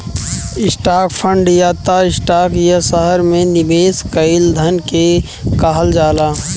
stock fund या त stock या शहर में निवेश कईल धन के कहल जाला